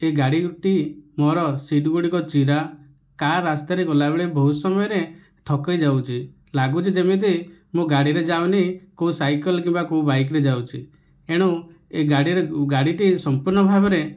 ଏଇ ଗାଡ଼ିଟି ମୋର ସିଟ୍ ଗୁଡ଼ିକ ଚିରା କାର୍ ରାସ୍ତାରେ ଗଲାବେଳେ ବହୁତ ସମୟରେ ଥକି ଯାଉଛି ଲାଗୁଛି ଯେମିତି ମୁଁ ଗାଡ଼ିରେ ଯାଉନାହିଁ କେଉଁ ସାଇକଲ୍ କିମ୍ବା କେଉଁ ବାଇକ୍ରେ ଯାଉଛି ଏଣୁ ଏଇ ଗାଡ଼ିରେ ଗାଡ଼ିଟି ସମ୍ପୂର୍ଣ ଭାବରେ